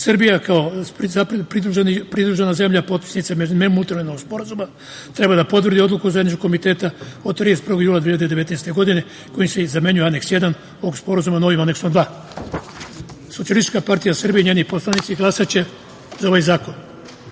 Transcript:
Srbija kao pridružena zemlja potpisnica nemultilateralnog sporazuma, treba da potvrdi odluku Zajedničkog komiteta od 31. jula 2019. godine, kojim se i zamenjuje Aneks 1 ovog sporazuma novim Aneksom 2.Socijalistička partija Srbije i njeni poslanici glasaće za ovaj zakon. Još